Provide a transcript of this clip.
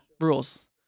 rules